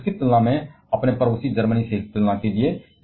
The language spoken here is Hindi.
बस अपने पड़ोसी जर्मनी के साथ उस की तुलना करें